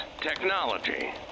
technology